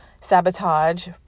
sabotage